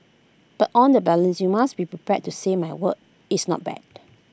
but on the balance you must be prepared to say my work is not bad